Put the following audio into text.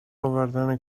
آوردن